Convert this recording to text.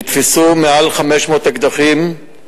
נתפסו מעל 500 אקדחים,